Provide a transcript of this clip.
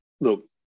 look